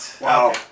Wow